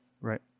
Right